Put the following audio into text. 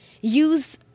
Use